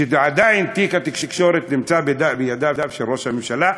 שעדיין תיק התקשורת נמצא בידיו של ראש הממשלה,